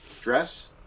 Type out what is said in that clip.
dress